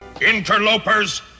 Interlopers